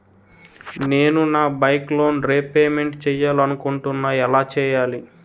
నేను నా bike loan repayment చేయాలనుకుంటున్నా ఎలా చేయాలి?